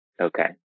Okay